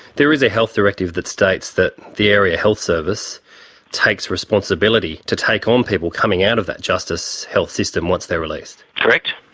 there is a health directive that states that the area health service takes responsibility to take on um people coming out of that justice health system once they're released. correct.